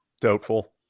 doubtful